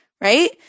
Right